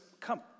come